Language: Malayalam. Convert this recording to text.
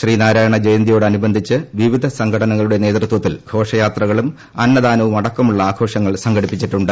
ശ്രീനാരായണ ജയന്തിയോടനുബന്ധിച്ച് വിവിധ സംഘടനകളുടെ നേതൃത്വത്തിൽ ഘോഷയാത്രകളും അന്നദാനവുമടക്കമുള്ള ആഘോഷങ്ങൾ സംഘടിപ്പിച്ചിട്ടുണ്ട്